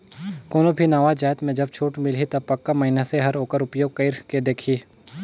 कोनो भी नावा जाएत में जब छूट मिलही ता पक्का मइनसे हर ओकर उपयोग कइर के देखही